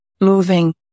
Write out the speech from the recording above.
moving